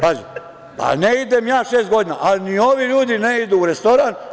Pazite, ne idem ja šest godina, a ni ovi ljudi ne idu u restoran.